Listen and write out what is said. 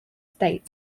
states